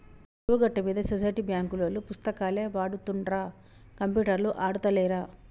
చెరువు గట్టు మీద సొసైటీ బాంకులోల్లు పుస్తకాలే వాడుతుండ్ర కంప్యూటర్లు ఆడుతాలేరా